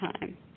time